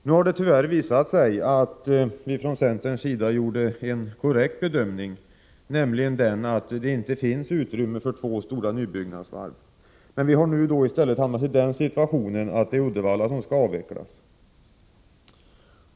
Det har nu tyvärr visat sig att vi från centerns sida gjorde en korrekt bedömning, nämligen den att det inte finns utrymme för två stora nybyggnadsvarv, men vi har nu i stället hamnat i den situationen att det är Uddevalla som skall avvecklas.